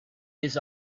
his